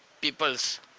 people's